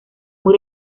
muy